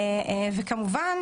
וכמובן,